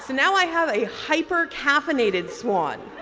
now i have a hyper-caffeinated swan.